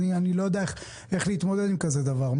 אני לא יודע איך להתמודד עם כזה דבר.